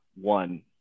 One